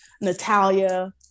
Natalia